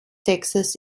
texas